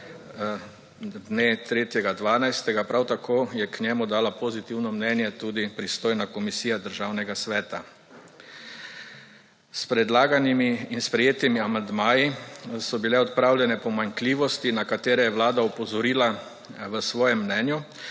dne 3. 12., prav tako je k njemu dala pozitivno mnenje tudi pristojna komisija Državnega sveta. S predlaganimi in sprejetimi amandmaji so bile odpravljene pomanjkljivosti, na katere je vlada opozorila v svojem mnenju,